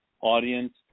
audience